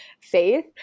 faith